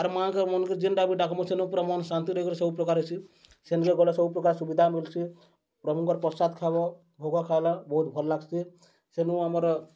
ଆର୍ ମାଙ୍କ ମନ୍କେ ଯେନ୍ଟା ବି ଡାକ୍ବ ସେନ ପୁରା ମନ୍ ଶାନ୍ତି ରହିକରି ସବୁପ୍ରକାର ହେସି ସେନ୍କେ ଗଲେ ସବୁ ପ୍ରକାର୍ ସୁବିଧା ମିଲ୍ସି ପ୍ରଭୁଙ୍କର୍ ପ୍ରସାଦ୍ ଖାଏବ ଭୋଗ ଖାଏଳେ ବହୁତ୍ ଭଲ୍ ଲାଗ୍ସି ସେନୁ ଆମର୍